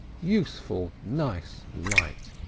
useful nice light!